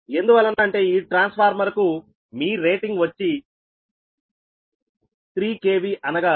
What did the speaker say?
ఎందువలన అంటే ఈ ట్రాన్స్ ఫార్మర్ కు మీ రేటింగ్ వచ్చి 3 KV అనగా 0